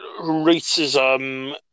racism